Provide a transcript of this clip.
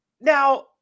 Now